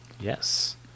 Yes